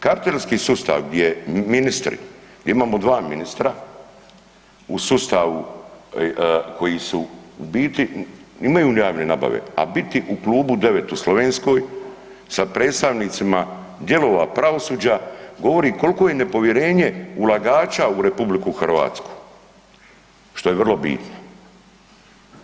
Kartelski sustav gdje ministri, gdje imamo dva ministra u sustavu koji su, u biti imaju li javne nabave, a biti u Klubu 9 u Slovenskoj sa predstavnicima dijelova pravosuđa govori kolko je nepovjerenje ulagača u RH, što je vrlo bitno.